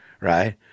right